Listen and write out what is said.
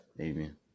Amen